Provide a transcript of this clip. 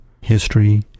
history